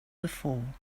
before